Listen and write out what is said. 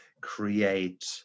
create